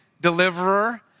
Deliverer